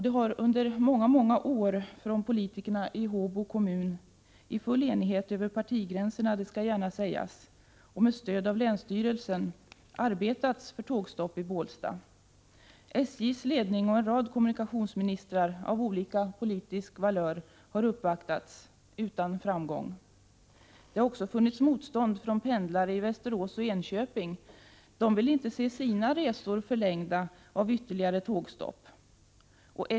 Det har under många år från politikerna i Håbo kommun - i full enighet över partigränserna, det skall gärna sägas, och med stöd av länsstyrelsen — arbetats för tågstopp i Bålsta. SJ:s ledning och en rad kommunikationsministrar av olika politiska kulörer har uppvaktats, utan framgång. Det har också funnits motstånd från pendlare i Västerås och Enköping, som inte vill se sina resor förlängda av ytterligare tågstopp.